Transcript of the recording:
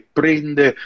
prende